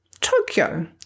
Tokyo